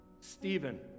Stephen